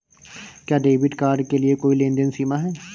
क्या debit card के लिए कोई लेनदेन सीमा है?